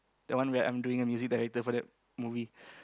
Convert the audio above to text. that one where I'm doing a music director for that movie